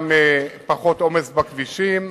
גם פחות עומס בכבישים,